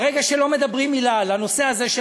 ברגע שלא מדברים מילה על הנושא הזה של